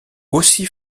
aussi